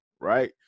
right